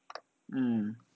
mm